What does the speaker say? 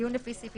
לא מתקיים